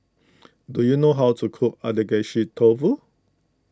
do you know how to cook Agedashi Dofu